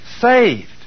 saved